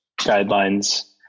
guidelines